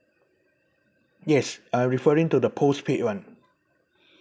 yes I referring to the postpaid [one]